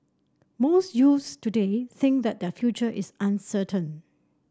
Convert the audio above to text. most youths today think that their future is uncertain